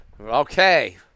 Okay